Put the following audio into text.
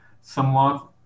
somewhat